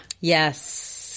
Yes